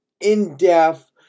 in-depth